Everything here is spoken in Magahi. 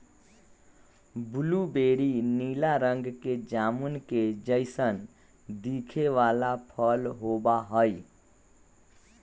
ब्लूबेरी नीला रंग के जामुन के जैसन दिखे वाला फल होबा हई